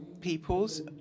peoples